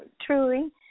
truly